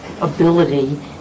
ability